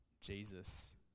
Jesus